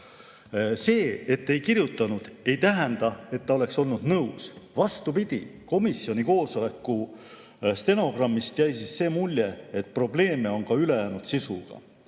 See, et ta ei kirjutanud, ei tähenda, et ta oleks olnud nõus. Vastupidi, komisjoni koosoleku stenogrammist jäi mulje, et probleeme on ka ülejäänud sisuga.